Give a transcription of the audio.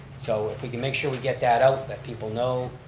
so if we can make sure we get that out, that people know,